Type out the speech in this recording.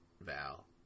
Val